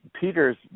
Peter's